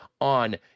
on